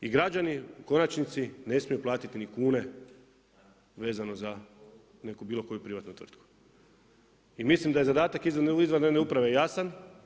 I građani u konačnici ne smiju platiti ni kune vezano za neku bilo koju privatnu tvrtku i mislim da je zadatak izvanredne uprave jasan.